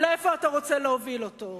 לאיפה אתה רוצה להוביל אותו.